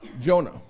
Jonah